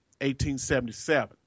1877